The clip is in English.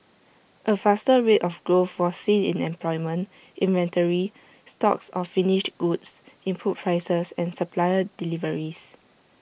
A faster rate of growth was seen in employment inventory stocks of finished goods input prices and supplier deliveries